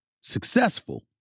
successful